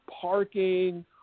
parking